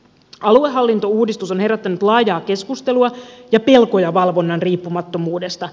aluehallintouudistus on herättänyt laajaa keskustelua ja pelkoja valvonnan riippumattomuudesta